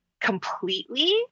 completely